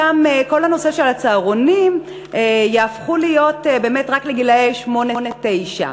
שם כל הצהרונים יהפכו להיות רק לגילאי שמונה תשע.